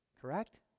Correct